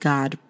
God